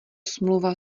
smlouva